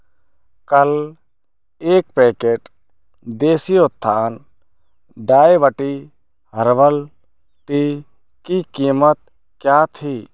कल एक पैकेट देसी उत्थान डाईबटी हर्बल टी की कीमत क्या थी